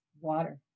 water